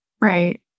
Right